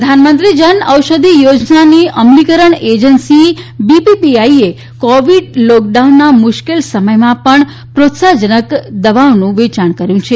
BPI પ્રધાનમંત્રી જન ઔષધિ યોજનાની અમલીકરણ એજન્સી બીપીપીઆઇ એ કોવીડ લોકડાઉનના મુશ્કેલ સમયમાં પણ પ્રોત્સાજનક વેચાણ કર્યુ છે